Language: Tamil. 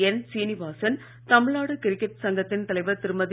என் சீனிவாசன் தமிழ்நாடு கிரிக்கெட் சங்கத்தின் தலைவர் திருமதி